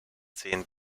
zehn